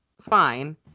fine